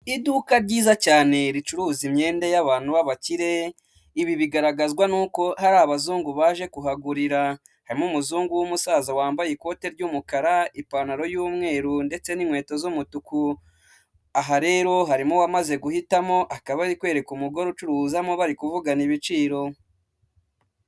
Iduka ryiza cyane ricuruza imyenda y'abantu b'abakire, ibi bigaragazwa n'uko hari abazungu baje kuhagurira, harimo umuzungu w'umusaza wambaye ikote ry'umukara, ipantaro y'umweru ndetse n'inkweto z'umutuku, aha rero harimo uwamaze guhitamo, akaba ari kwereka umugore ucuruzamo, bari kuvugana ibiciro.